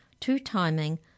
two-timing